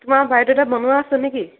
তোমাৰ বায়'ডাটা বনোৱা আছে নে কি